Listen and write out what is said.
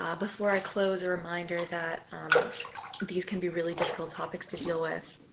ah before i close, a reminder that these can be really difficult topics to deal with.